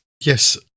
Yes